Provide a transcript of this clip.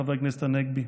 חבר הכנסת הנגבי: